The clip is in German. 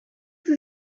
sie